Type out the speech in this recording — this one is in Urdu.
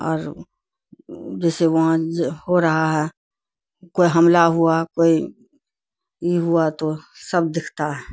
اور جیسے وہاں جو ہو رہا ہے کوئی حملہ ہوا کوئی ای ہوا تو سب دکھتا ہے